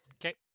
Okay